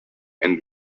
and